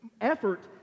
effort